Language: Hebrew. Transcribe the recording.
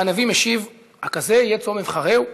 והנביא משיב: "הכזה יהיה צום אבחרהו,